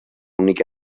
única